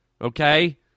Okay